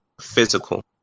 physical